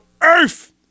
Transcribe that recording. earth